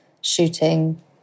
shooting